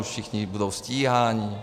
Všichni budou stíháni.